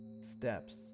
steps